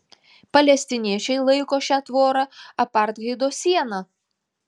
palestiniečiai laiko šią tvorą apartheido siena